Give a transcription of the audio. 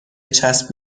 چسب